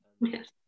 yes